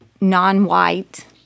non-white